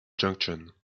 junction